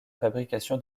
fabrication